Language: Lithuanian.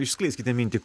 išskleiskite mintį